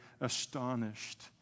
astonished